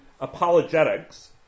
apologetics